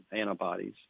antibodies